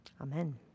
Amen